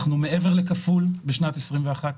אנחנו מעבר לכפול מזה בשנת 2021,